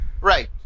Right